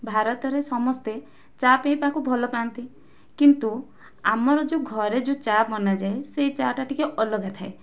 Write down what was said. ଭାରତରେ ସମସ୍ତେ ଚା ପିଇବାକୁ ଭଲ ପାଆନ୍ତି କିନ୍ତୁ ଆମର ଯେଉଁ ଘରେ ଯେଉଁ ଚା ବନାଯାଏ ସେଇ ଚା ଟା ଟିକେ ଅଲଗା ଥାଏ